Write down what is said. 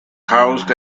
housed